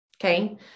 Okay